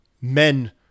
men